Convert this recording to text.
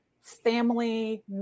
family